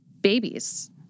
babies